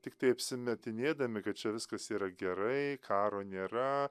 tiktai apsimetinėdami kad čia viskas yra gerai karo nėra